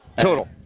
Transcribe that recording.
Total